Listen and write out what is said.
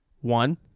one